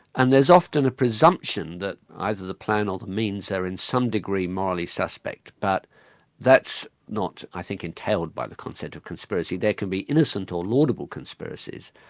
and there's often a presumption that either the plan or the means are in some degree morally suspect, but that's not i think entailed by the concept of conspiracy. there can be innocent or laudable conspiracies.